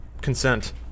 consent